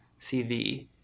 CV